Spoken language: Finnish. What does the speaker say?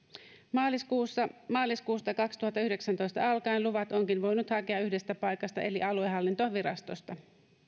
maaliskuusta maaliskuusta kaksituhattayhdeksäntoista alkaen luvat onkin voinut hakea yhdestä paikasta eli aluehallintovirastosta